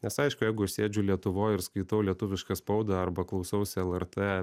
nes aišku jeigu aš sėdžiu lietuvoj ir skaitau lietuvišką spaudą arba klausausi lrt